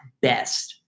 best